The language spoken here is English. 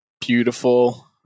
beautiful